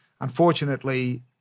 Unfortunately